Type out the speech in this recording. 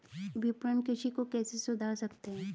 विपणन कृषि को कैसे सुधार सकते हैं?